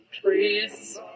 trees